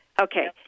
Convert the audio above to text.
Okay